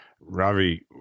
Ravi